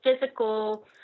physical